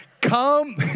come